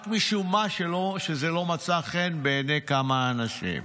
רק משום שזה לא מצא חן בעיני כמה אנשים.